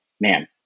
man